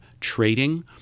trading